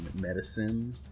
medicine